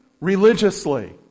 religiously